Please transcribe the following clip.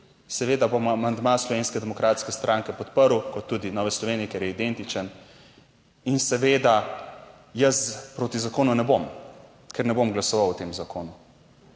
Seveda bom amandma Slovenske demokratske stranke podprl, kot tudi Nove Slovenije, ker je identičen. In seveda jaz proti zakonu ne bom, ker ne bom glasoval o tem zakonu.